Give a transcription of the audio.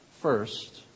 first